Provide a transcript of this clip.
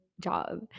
job